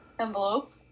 Envelope